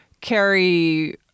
carry